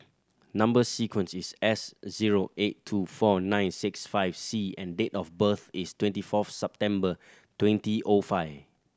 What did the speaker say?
number sequence is S zero eight two four nine six five C and date of birth is twenty four September twenty O five